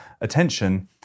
attention